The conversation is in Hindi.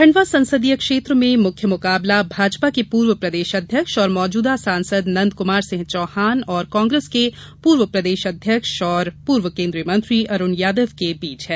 खंडवा संसदीय क्षेत्र में मुख्य मुकाबला भाजपा के पूर्व प्रदेश अध्यक्ष और मौजूदा सांसद नंदकुमार सिंह चौहान और कांग्रेस के पूर्व प्रदेश अध्यक्ष एवं पूर्व केंद्रीय मंत्री अरुण यादव के बीच है